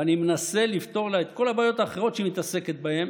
ואני מנסה לפתור לה את כל הבעיות האחרות שהיא מתעסקת בהן